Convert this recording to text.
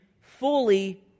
fully